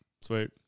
Sweet